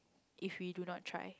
if we do not try